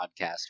podcast